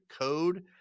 code